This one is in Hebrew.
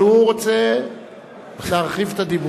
אבל הוא רוצה להרחיב את הדיבור.